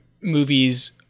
movies